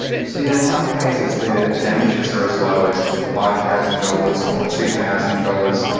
you see that in some cases the the damages are as low as five thousand dollars or two thousand dollars.